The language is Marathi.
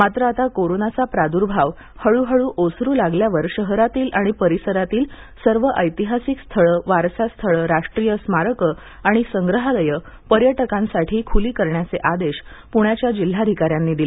मात्र आता कोरोनाचा प्रादुर्भाव हळू हळू ओसरू लागल्यावर शहरातील आणि परिसरातील सर्व ऐतिहासिक स्थळे वारसास्थळे राष्ट्रीय स्मारक आणि संग्रहालय पर्यटकांसाठी खुली करण्याचे आदेश पृण्याच्या जिल्हाधिकाऱ्यांनी दिले